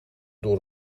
door